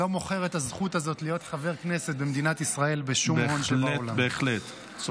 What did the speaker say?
חברי הכנסת, נעבור כעת לנושא